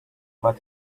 but